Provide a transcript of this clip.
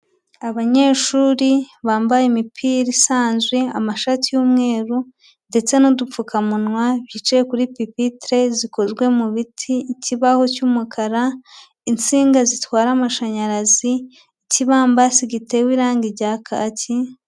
Abanyeshuri bambaye imipira isanzwe, amashati y'umweru ndetse n'udupfukamunwa, bicaye kuri pipitire zikozwe mu biti, ikibaho cy'umukara, insinga zitwara amashanyarazi, ikibambasi gitewe irangi rya kaki.